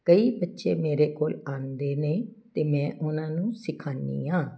ਕਈ ਬੱਚੇ ਮੇਰੇ ਕੋਲ ਆਉਂਦੇ ਨੇ ਅਤੇ ਮੈਂ ਉਹਨਾਂ ਨੂੰ ਸਿਖਾਉਣੀ ਹਾਂ